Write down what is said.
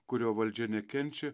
kurio valdžia nekenčia